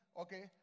Okay